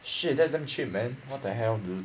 shit that's damn cheap man what the hell dude